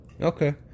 Okay